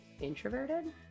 introverted